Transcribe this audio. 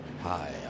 hi